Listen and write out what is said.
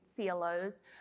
CLOs